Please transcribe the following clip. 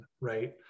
right